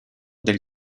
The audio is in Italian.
del